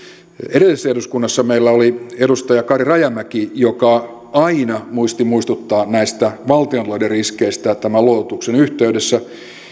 edellisessä eduskunnassa meillä oli edustaja kari rajamäki joka aina muisti muistuttaa näistä valtiontalouden riskeistä tämän luototuksen yhteydessä